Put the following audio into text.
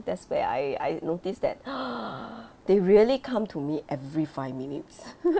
that's where I I notice that they really come to me every five minutes